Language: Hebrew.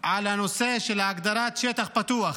על הנושא של הגדרת "שטח פתוח",